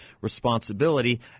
responsibility